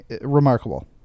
Remarkable